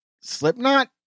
Slipknot